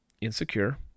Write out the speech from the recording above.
insecure